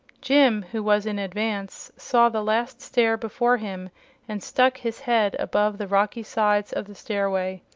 jim, who was in advance, saw the last stair before him and stuck his head above the rocky sides of the stairway.